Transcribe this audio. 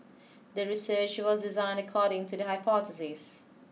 the research was designed according to the hypothesis